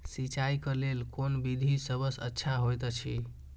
सिंचाई क लेल कोन विधि सबसँ अच्छा होयत अछि?